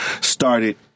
started